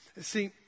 See